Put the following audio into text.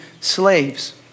slaves